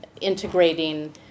integrating